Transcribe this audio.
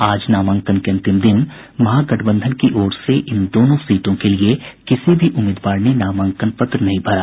आज नामांकन के अंतिम दिन महागठबंधन की ओर से इन दोनों सीटों के लिये किसी भी उम्मीदवार ने नामांकन पत्र नहीं भरा